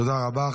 תודה רבה.